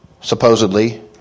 supposedly